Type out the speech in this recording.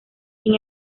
sin